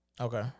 Okay